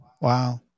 Wow